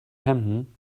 hemden